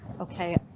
okay